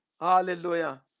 hallelujah